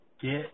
get